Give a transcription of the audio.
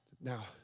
Now